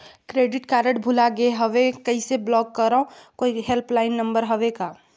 Credit card भुला गे हववं कइसे ब्लाक करव? कोई हेल्पलाइन नंबर हे का?